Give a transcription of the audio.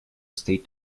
state